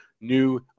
New